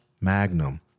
Magnum